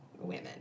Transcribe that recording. women